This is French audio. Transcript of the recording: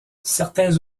certains